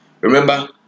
Remember